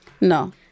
No